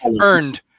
earned